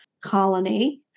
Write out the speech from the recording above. colony